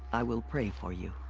i will pray for you.